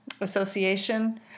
association